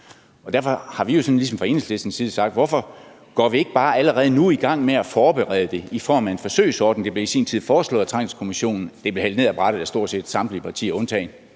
Derfor har vi jo sådan ligesom fra Enhedslistens side sagt: Hvorfor går vi ikke bare allerede nu i gang med at forberede det i form af en forsøgsordning? Det blev i sin tid foreslået af Trængselskommissionen, men det blev hældt ned af brættet af stort set samtlige partier undtagen